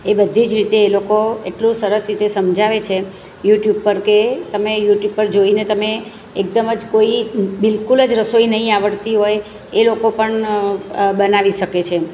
એ બધી જ રીતે એ લોકો એટલું સરસ રીતે સમજાવે છે યુટ્યુબ પર કે તમે યુટ્યુબ પર જોઈને તમે એકદમ જ કોઈ બિલકુલ જ રસોઈ ન આવડતી હોય એ લોકો પણ બનાવી શકે છે એમ